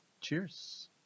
Cheers